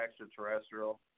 extraterrestrial